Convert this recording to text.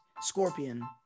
Scorpion